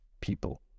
people